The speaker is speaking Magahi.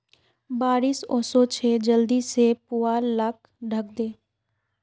बारिश ओशो छे जल्दी से पुवाल लाक ढके दे